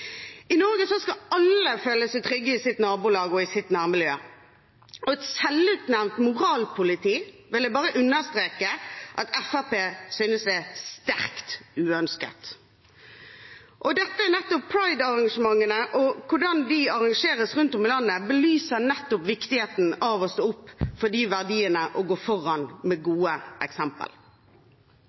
I Norge skal alle føle seg trygge i sitt nabolag og i sitt nærmiljø, og et selvutnevnt moralpoliti vil jeg bare understreke at Fremskrittspartiet synes er sterkt uønsket. Pride-arrangementene og måten de arrangeres på rundt om i landet, belyser nettopp viktigheten av å stå opp for de verdiene og gå foran med gode eksempel.